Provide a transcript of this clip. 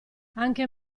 anche